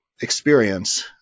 experience